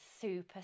super